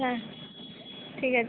হ্যাঁ ঠিক আছে